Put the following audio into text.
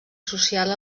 social